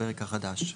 הפרק החדש.